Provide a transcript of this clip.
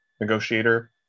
negotiator